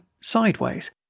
sideways